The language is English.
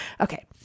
Okay